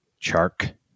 Chark